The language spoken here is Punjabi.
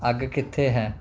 ਅੱਗ ਕਿੱਥੇ ਹੈ